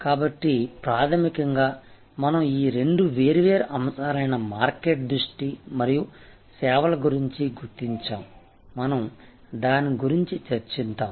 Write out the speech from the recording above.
కాబట్టి ప్రాథమికంగా మనం ఈ రెండు వేర్వేరు అంశాలైన మార్కెట్ దృష్టి మరియు సేవల గురించి గుర్తించాము మనం దాని గురించి చర్చించాము